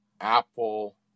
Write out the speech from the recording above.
apple